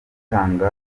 atanga